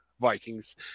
Vikings